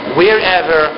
wherever